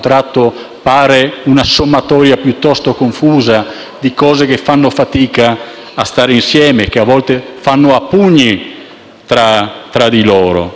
pare una sommatoria piuttosto confusa di cose che fanno fatica a stare insieme e che, a volte, fanno a pugni tra di loro.